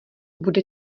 bude